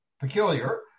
peculiar